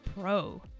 Pro